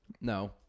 No